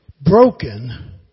broken